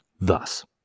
thus